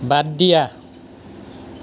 বাদ দিয়া